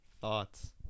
thoughts